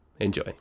Enjoy